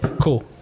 cool